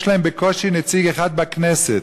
יש להם בקושי נציג אחד בכנסת.